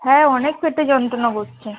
হ্যাঁ অনেক পেটে যন্ত্রণা করছে